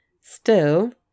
Still